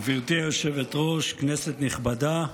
גברתי היושבת-ראש, כנסת נכבדה,